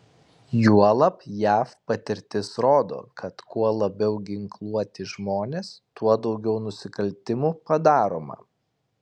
juolab jav patirtis rodo kad kuo labiau ginkluoti žmonės tuo daugiau nusikaltimų padaroma